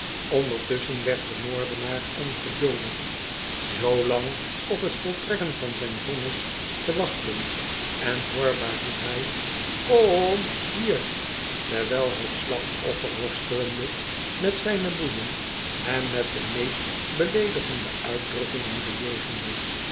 ondertusschen werd de moordenaar ongeduldig zoolang op t voltrekken van zijn vonnis te wachten en hoorbaar riep hij ko o om hier terwijl het slachtoffer worstelende met zijne boeien hem met de meest beleedigende uitdrukkingen bejegende